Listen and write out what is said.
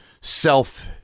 self